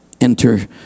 enter